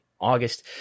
August